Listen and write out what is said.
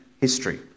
history